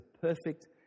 perfect